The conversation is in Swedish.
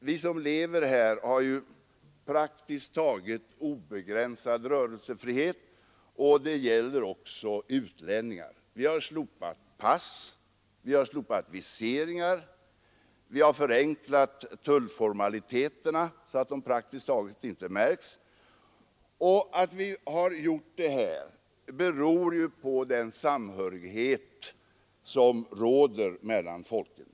Vi som lever här har ju praktiskt taget obegränsad rörelsefrihet. Det gäller också utlänningar. Vi har slopat pass, vi har slopat viseringar, vi har förenklat tullformaliteterna så att de praktiskt taget inte märks. Och att vi har gjort detta beror på den samhörighet som råder mellan folken.